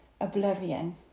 oblivion